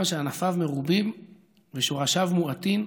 לאילן שענפיו מרובים ושורשיו מועטין,